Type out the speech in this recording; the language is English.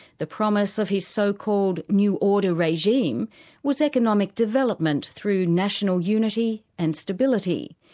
the promise of his so-called new order regime was economic development through national unity and stability.